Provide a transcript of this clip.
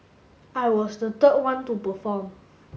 I was the third one to perform